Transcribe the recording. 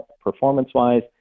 performance-wise